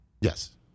Yes